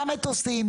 גם מטוסים,